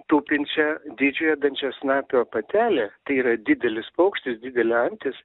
tupinčią didžiojo dančiasnapio patelę tai yra didelis paukštis didelė antis